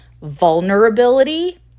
vulnerability